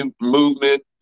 movement